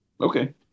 okay